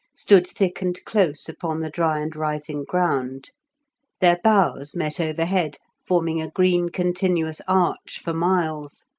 stood thick and close upon the dry and rising ground their boughs met overhead, forming a green continuous arch for miles.